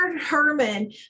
Herman